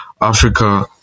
Africa